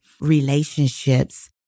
relationships